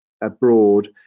abroad